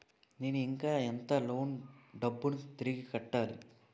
నేను ఇంకా ఎంత లోన్ డబ్బును తిరిగి కట్టాలి?